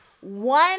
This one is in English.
One